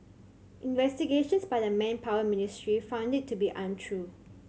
investigations by the Manpower Ministry found it to be untrue